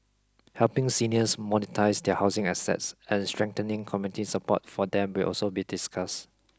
helping seniors monetise their housing assets and strengthening community support for them will also be discussed